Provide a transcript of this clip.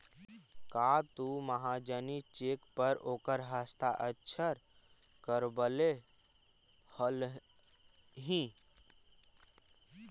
का तु महाजनी चेक पर ओकर हस्ताक्षर करवले हलहि